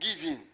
giving